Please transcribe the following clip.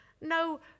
no